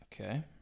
Okay